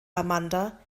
amanda